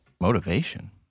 Motivation